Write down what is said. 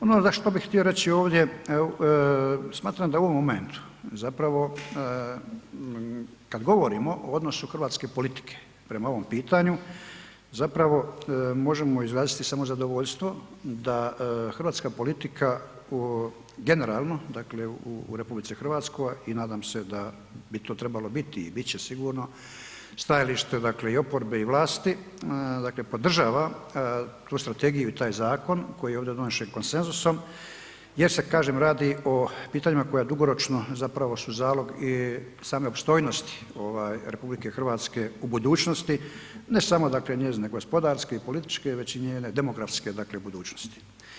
Ono što bih htio reći ovdje, smatram da u ovom momentu zapravo kad govorimo o odnosu hrvatske politike prema ovom pitanju zapravo možemo izraziti samo zadovoljstvo da hrvatska politika, generalno, dakle u RH i nadam se da bi to trebalo biti i biti će sigurno stajalište dakle i oporbe i vlasti, dakle podržava tu strategiju i taj zakon koji je ovdje donesen konsenzusom jer se kažem radi o pitanjima koja dugoročno zapravo su zalog i same opstojnosti RH u budućnost, ne samo dakle njezine gospodarske i političke već i njene demografske dakle budućnosti.